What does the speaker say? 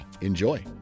enjoy